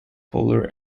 polar